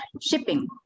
shipping